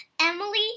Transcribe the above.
Emily